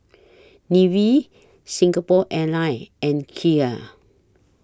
Nivea Singapore Airlines and Kia